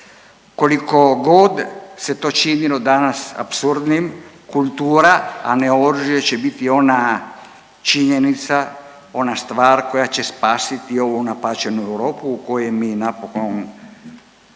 koliko god se to činilo danas apsurdnim kultura, a ne oružje će biti ona činjenica, ona stvar koja će spasiti ovu napaćenu Europu u koju mi napokon